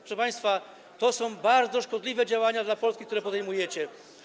Proszę państwa, to są bardzo szkodliwe działania dla Polski, które podejmujecie.